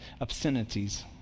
obscenities